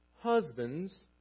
husbands